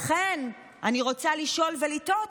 לכן אני רוצה לשאול ולתהות: